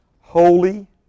holy